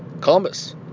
Columbus